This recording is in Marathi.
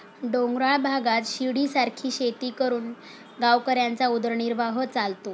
डोंगराळ भागात शिडीसारखी शेती करून गावकऱ्यांचा उदरनिर्वाह चालतो